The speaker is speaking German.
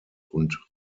und